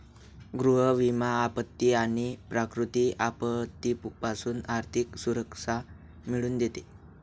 गृह विमा आपत्ती आणि प्राकृतिक आपत्तीपासून आर्थिक सुरक्षा मिळवून देते